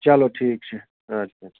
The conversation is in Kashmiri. چلو ٹھیٖک چھُ اَدٕ کیٛاہ